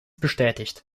bestätigt